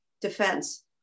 defense